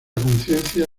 conciencia